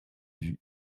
vue